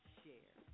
share